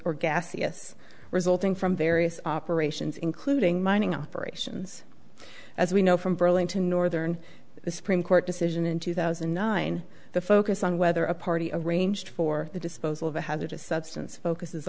gaseous resulting from various operations including mining operations as we know from burlington northern a supreme court decision in two thousand and nine the focus on whether a party arranged for the disposal of a hazardous substance focuses